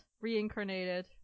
reincarnated